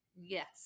yes